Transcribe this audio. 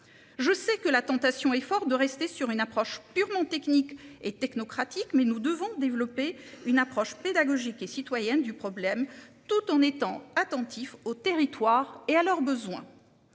Je sais que la tentation est forte de rester sur une approche purement technique et technocratique, mais nous devons développer une approche pédagogique et citoyen du problème tout en étant attentif aux territoires et à leurs besoins.